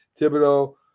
Thibodeau